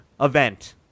event